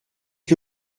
que